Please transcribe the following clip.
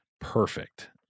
perfect